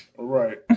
Right